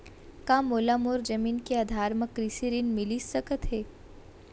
का मोला मोर जमीन के आधार म कृषि ऋण मिलिस सकत हे?